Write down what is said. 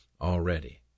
already